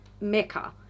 Mecca